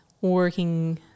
working